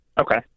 Okay